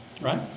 Right